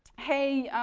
hey